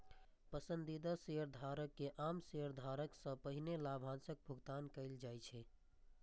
पसंदीदा शेयरधारक कें आम शेयरधारक सं पहिने लाभांशक भुगतान कैल जाइ छै